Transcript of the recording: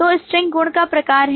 तो string गुण का प्रकार है